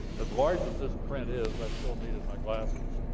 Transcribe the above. as large as this print is, i still needed my glasses.